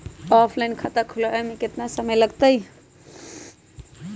Offline खाता खुलबाबे में केतना समय लगतई?